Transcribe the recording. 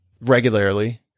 regularly